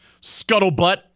scuttlebutt